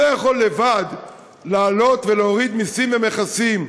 לא יכול לבד לעלות ולהוריד מסים ומכסים,